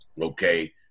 okay